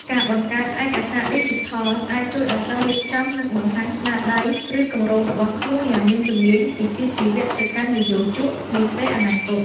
ការបង្កើត ឯកសារឌីជីថល អាចជួយឱ្យសិស្សរៀបចំ និងបង្ហាញស្នាដៃ ឬគម្រោងរបស់ខ្លួនយ៉ាងមានជំនាញវិជ្ជាជីវៈទៅកាន់និយោជកនាពេលអនាគត។